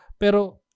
Pero